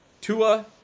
Tua